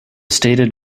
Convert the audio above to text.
stated